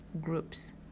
groups